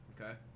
Okay